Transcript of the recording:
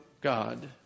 God